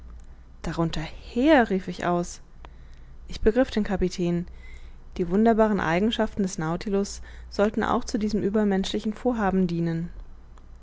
darunter her rief ich aus ich begriff den kapitän die wunderbaren eigenschaften des nautilus sollten auch zu diesem übermenschlichen vorhaben dienen